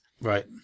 right